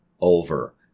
Over